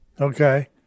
okay